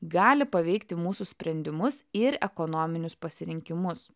gali paveikti mūsų sprendimus ir ekonominius pasirinkimus